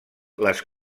les